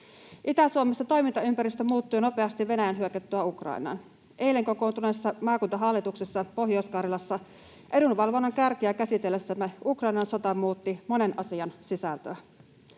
Itä-Suomessa toimintaympäristö muuttui nopeasti Venäjän hyökättyä Ukrainaan. Eilen kokoontuneessa maakuntahallituksessa Pohjois-Karjalassa edunvalvonnan kärkiä käsitellessämme Ukrainan sota muutti monen asian sisältöä.